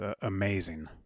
amazing